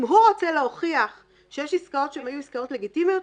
אם הוא רוצה להוכיח שיש עסקאות שהיו לגיטימיות,